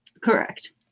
correct